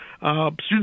Students